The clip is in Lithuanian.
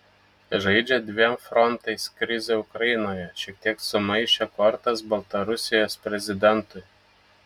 žaidžia dviem frontais krizė ukrainoje šiek tiek sumaišė kortas baltarusijos prezidentui